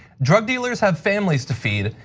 drug dealers have families to feed.